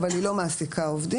אבל היא לא מעסיקה עובדים,